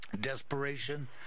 Desperation